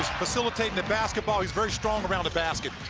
facilitating the basketball. he's very strong around the basket.